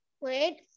Wait